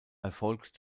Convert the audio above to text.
erfolgt